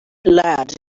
lad